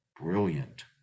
Brilliant